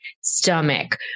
stomach